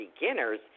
beginners